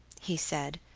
he said,